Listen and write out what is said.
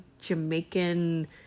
Jamaican